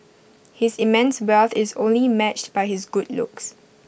his immense wealth is only matched by his good looks